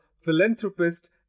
philanthropist